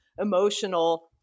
emotional